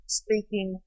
speaking